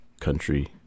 country